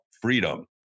freedom